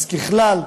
ככלל,